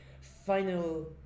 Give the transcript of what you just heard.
final